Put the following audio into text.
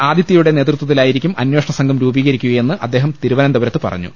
ആദി തൃയുടെ നേതൃത്വത്തിലായിരിക്കും അന്വേഷണ സംഘം രൂപീകരിക്കുകയെന്ന് അദ്ദേഹം തിരുവനന്തപുരത്ത് പറഞ്ഞു